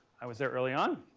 i was there early on.